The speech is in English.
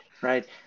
Right